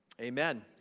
amen